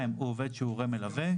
הוא עובד שהוא הורה מלווה.